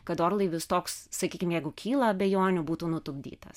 kad orlaivis toks sakykim jeigu kyla abejonių būtų nutupdytas